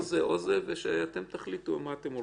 או זה או זה, ושאתם תחליטו על מה אתם הולכים.